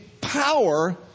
power